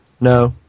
No